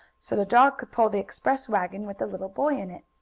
so the dog could pull the express wagon with the little boy in it.